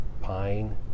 pine